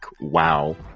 wow